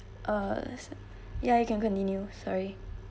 uh ya you can continue sorry